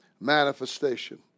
manifestation